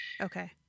okay